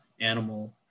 animal